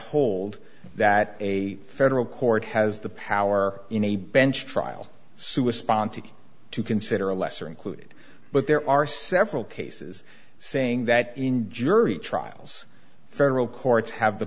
hold that a federal court has the power in a bench trial sue a sponsor to consider a lesser included but there are several cases saying that in jury trials federal courts have the